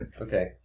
Okay